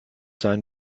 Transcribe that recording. sein